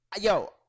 Yo